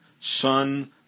son